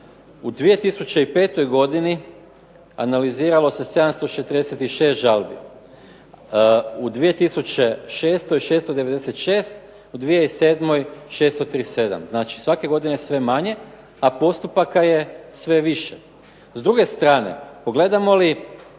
U 2005. godini analiziralo se 746 žalbi, u 2006. 696, u 2007. 637, znači svake godine sve manje, a postupaka je sve više. S druge strane, pogledamo li